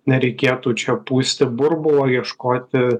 nereikėtų čia pūsti burbulo ieškoti